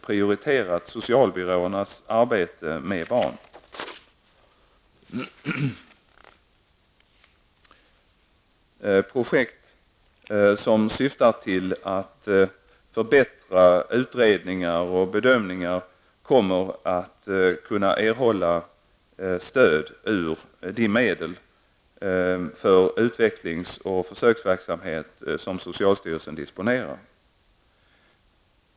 Projekt som syftar till att förbättra utredningar och bedömningar kommer att kunna erhålla stöd ur de medel för utvecklings och försöksverksamhet som socialstyrelsen disponerar.